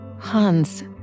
Hans